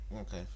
okay